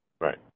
Right